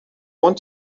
want